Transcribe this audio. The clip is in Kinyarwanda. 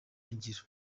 ingiro